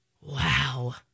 Wow